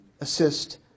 assist